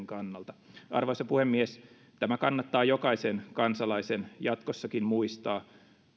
kannalta arvoisa puhemies tämä kannattaa jokaisen kansalaisen jatkossakin muistaa